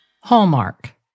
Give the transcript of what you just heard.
Hallmark